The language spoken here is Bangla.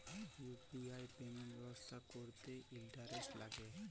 ইউ.পি.আই পেমেল্ট ব্যবস্থা ক্যরতে ইলটারলেট ল্যাগে